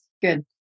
good